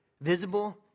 visible